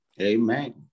amen